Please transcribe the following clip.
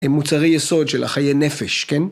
הם מוצרי יסוד של החיי נפש, כן?